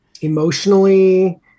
Emotionally